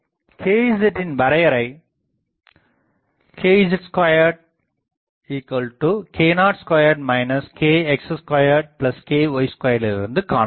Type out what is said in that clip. kzன் வரையறை kz2k02 kx2ky2 லிருந்து காணாலம்